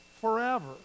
forever